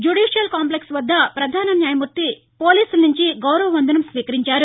judicial complex వద్ద పధాన న్యాయమూర్తి పోలీసుల నుండి గౌరవ వందనం స్వీకరించారు